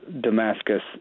Damascus